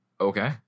Okay